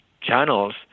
channels